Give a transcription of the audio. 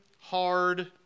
hard